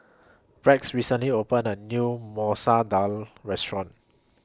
Rex recently opened A New Masoor Dal Restaurant